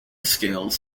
scales